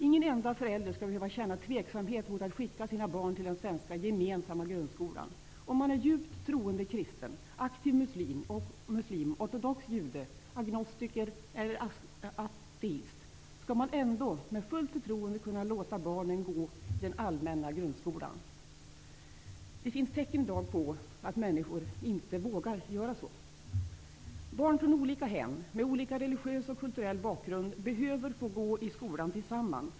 Ingen enda förälder skall behöva känna tveksamhet mot att skicka sina barn till den svenska gemensamma grundskolan. Om man är djupt troende kristen, aktiv muslin, ortodox jude, agnostiker eller ateist, skall man ändå med fullt förtroende kunna låta barnen gå i den allmänna grundskolan. Det finns i dag tecken på att människor inte vågar göra det. Barn från olika hem -- hem med olika religiös och kulturell bakgrund -- behöver få gå i skolan tillsammans.